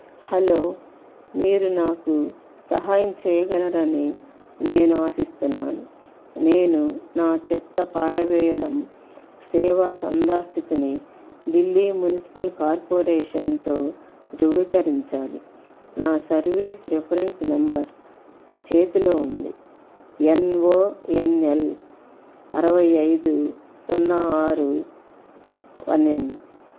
hello మీరు నాకు సహాయం చేయగలరని నేను ఆశిస్తున్నాను నేను నా చెత్త పారవేయడం సేవ చందా స్థితిని ఢిల్లీ మునిసిపల్ కార్పొరేషన్తో ధృవీకరించాలి నా సర్వీస్ రిఫరెన్స్ నంబర్ చేతిలో ఉంది ఎన్ఓఎన్ఎల్ అరవై ఐదు సున్నా ఆరు పన్నెండు